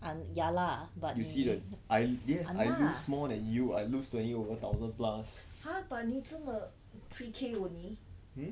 um ya lah !hanna! but 你真的 three K only